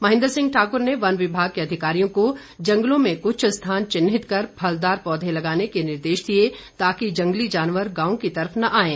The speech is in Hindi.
महेन्द्र सिंह ठाकुर ने वन विभाग के अधिकारियों को जंगलों में कुछ स्थान चिन्हित कर फलदार पौधे लगाने के निर्देश दिए ताकि जंगली जानवर गांव की तरफ न आएं